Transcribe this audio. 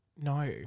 no